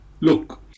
Look